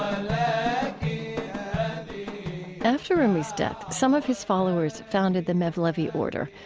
um after rumi's death, some of his followers founded the mevlevi order,